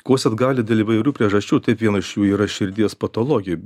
kosėt gali dėl įvairių priežasčių taip viena iš jų yra širdies patologija